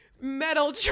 metal